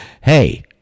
Hey